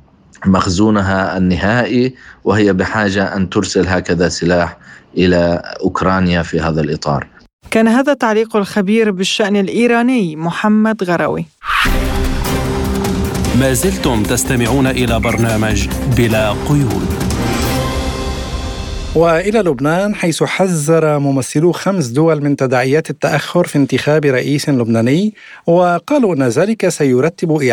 مخزونها النهائي، وهي بحاجة أن ترسل هكذا سلاح إلى أوكرانيا في هذا الإطار. كان هذا تعليق الخبير بالشأن الإيراني محمد غروي. ما زلتم تستمعون إلى برنامج بلا قيود. وإلى لبنان، حيث حذر ممثلو خمس دول من تداعيات التأخر في انتخاب رئيس لبناني، وقالوا إن ذلك سيرتب